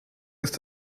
ist